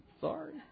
Sorry